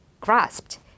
grasped